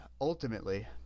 ultimately